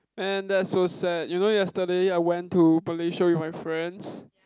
and that's so sad you know yesterday I went to Malaysia with my friends